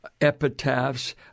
epitaphs